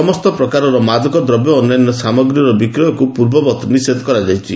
ସମସ୍ତ ପ୍ରକାରର ମାଦକ ଦ୍ରବ୍ୟ ଓ ଅନ୍ୟାନ୍ୟ ସାମଗ୍ରୀର ବିକ୍ରୟକୁ ପୂର୍ବବତ୍ ନିଷେଧ କରାଯାଇଛି